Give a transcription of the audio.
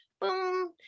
boom